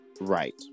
Right